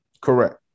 Correct